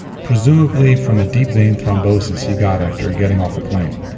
presumably from a deep vein thrombosis he got after getting off a plane.